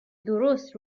درست